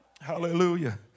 Hallelujah